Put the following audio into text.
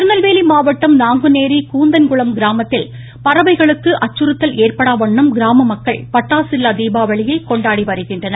திருநெல்வேலி மாவட்டம் நாங்குனேரி கூந்தன்குளம் கிராமத்தில் பறவைகளுக்கு அச்சுறுத்தல் ஏற்படாவண்ணம் கிராம மக்கள் பட்டாசு இல்லா தீபாவளியை கொண்டாடி வருகின்றனர்